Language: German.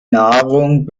nahrung